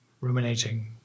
ruminating